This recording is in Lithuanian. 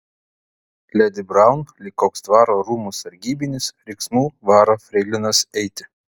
ledi braun lyg koks dvaro rūmų sargybinis riksmu varo freilinas eiti